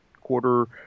quarter